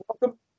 welcome